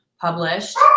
published